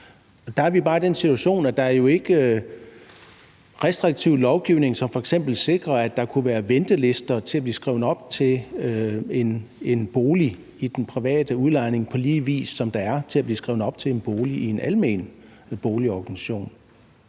Der er vi bare i den situation, at der jo ikke er restriktiv lovgivning, som f.eks. sikrer, at der kunne være ventelister, så man kunne blive skrevet op til en bolig i den private udlejning på samme vis, som man kan blive skrevet op til en bolig i en almen boligorganisation.